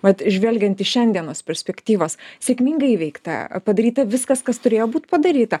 vat žvelgiant iš šiandienos perspektyvos sėkmingai įveikta padaryta viskas kas turėjo būt padaryta